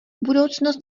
budoucnost